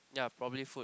ya probably food